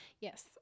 Yes